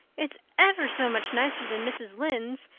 it's ever so much nicer than mrs. lynde's,